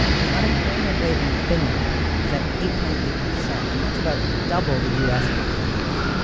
the unemployment rate in finland is at eight point eight percent. and that's about double the u s. unemployment rate.